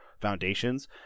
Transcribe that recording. foundations